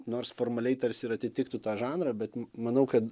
nors formaliai tarsi ir atitiktų tą žanrą bet m manau kad